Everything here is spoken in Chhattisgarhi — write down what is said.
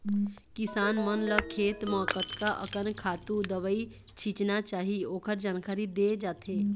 किसान मन ल खेत म कतका अकन खातू, दवई छिचना चाही ओखर जानकारी दे जाथे